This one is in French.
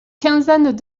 quinzaine